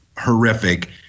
horrific